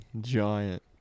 giant